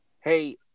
hey